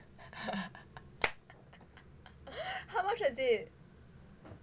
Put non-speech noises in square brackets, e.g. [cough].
[laughs] how much was it